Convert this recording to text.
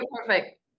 perfect